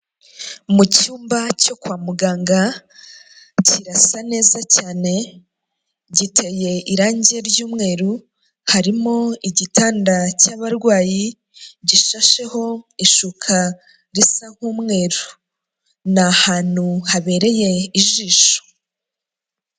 Mu cyumba cyo kwa muganga kirasa neza cyane giteye irangi ry'umweru, harimo igitanda cy'abarwayi gishasheho ishuka risa nk'umweru, ni ahantu habereye ijisho.